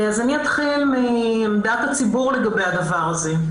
אני אתחיל מדעת הציבור לגבי הדבר הזה.